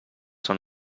són